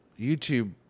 YouTube